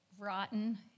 rotten